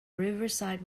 riverside